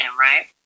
right